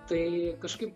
tai kažkaip